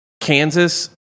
Kansas